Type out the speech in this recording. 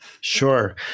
Sure